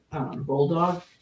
Bulldog